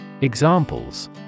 Examples